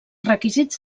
requisits